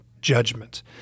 judgment